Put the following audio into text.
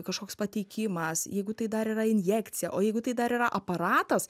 kažkoks pateikimas jeigu tai dar yra injekcija o jeigu tai dar yra aparatas